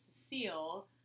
Cecile